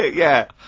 yeah.